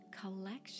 collection